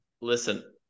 Listen